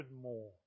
more